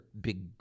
big